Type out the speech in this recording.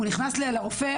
הוא נכנס לרופא.